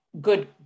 good